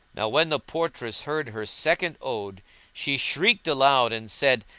now when the portress heard her second ode she shrieked aloud and said,